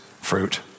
fruit